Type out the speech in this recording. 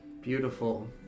Beautiful